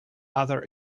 other